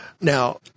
Now